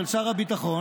של שר הביטחון,